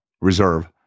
reserve